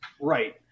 right